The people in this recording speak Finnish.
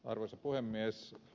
arvoisa puhemies